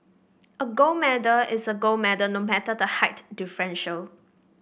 a gold medal is a gold medal no matter the height differential